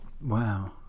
Wow